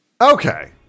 Okay